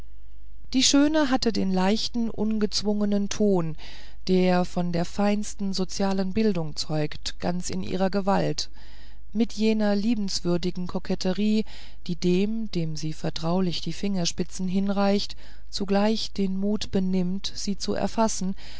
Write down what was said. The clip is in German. die schöne hatte den leichten ungezwungenen ton der von der feinsten sozialen bildung zeugt ganz in ihrer gewalt mit jener liebenswürdigen koketterie die dem dem sie vertraulich die fingerspitze hinreicht zugleich den mut benimmt sie zu erfassen